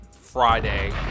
friday